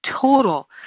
total